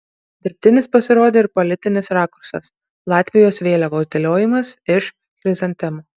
dirbtinis pasirodė ir politinis rakursas latvijos vėliavos dėliojimas iš chrizantemų